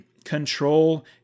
control